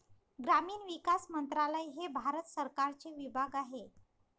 ग्रामीण विकास मंत्रालय हे भारत सरकारचे विभाग आहे